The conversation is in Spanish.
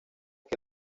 que